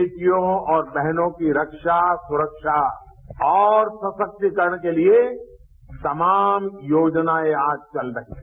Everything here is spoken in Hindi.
बेटियों और बहनों की रक्षा सुरक्षा और सशक्तिकरण के लिए तमाम योजनाएं आज चल रही हैं